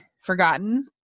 forgotten